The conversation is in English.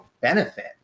benefit